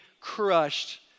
crushed